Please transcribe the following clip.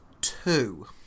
two